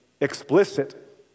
explicit